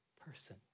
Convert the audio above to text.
person